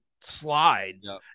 slides